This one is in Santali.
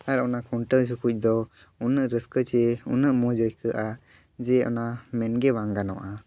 ᱟᱨ ᱚᱱᱟ ᱠᱷᱩᱱᱴᱟᱹᱣ ᱡᱚᱠᱷᱚᱡ ᱫᱚ ᱩᱱᱟᱹᱜ ᱨᱟᱹᱥᱠᱟᱹ ᱪᱮ ᱩᱱᱟᱹᱜ ᱢᱚᱡᱽ ᱤᱠᱟᱹᱜᱼᱟ ᱡᱮ ᱚᱱᱟ ᱢᱮᱱᱜᱮ ᱵᱟᱝ ᱜᱟᱱᱚᱜᱼᱟ